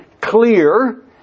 clear